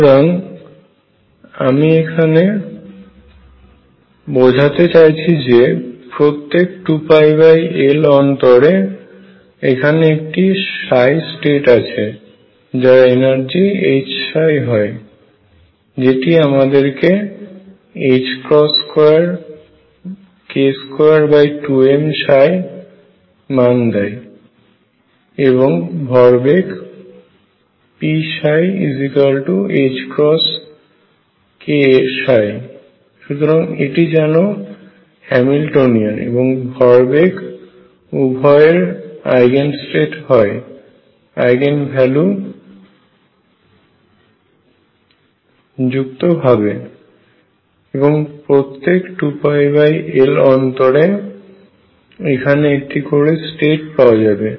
সুতরাং আমি এখানে বোঝাতে চাইছি যে প্রত্যেক 2L অন্তরে এখানে একটি স্টেট আছে যার এনার্জি Hψ হয় যেটি আমাদেরকে 2k22m মান দেয় এবং এর ভরবেগ pψℏk সুতরাং এটি যেন হ্যামিল্টনিয়ান এবং ভরবেগ উভয়ের আইগেন স্টেট হয় আইগেন ভ্যালু যুক্তভাবে এবং প্রত্যেক 2L অন্তরে এখানে একটি করে স্টেট পাওয়া যাবে